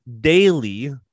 daily